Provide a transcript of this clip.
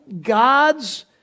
God's